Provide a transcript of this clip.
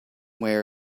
wear